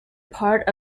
part